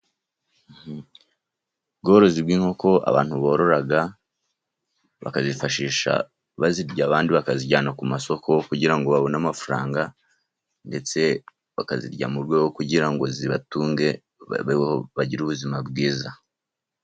Ubworozi bw'inkoko abantu borora, bakazifashisha bazirya, abandi bakazijyana ku masoko, kugira ngo babone amafaranga, ndetse bakazirya mu rwego kugira ngo zibatunge, babeho bagire ubuzima bwiza.